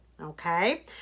Okay